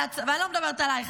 ואני לא מדברת עלייך.